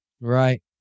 right